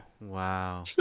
Wow